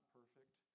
perfect